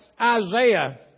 Isaiah